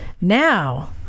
Now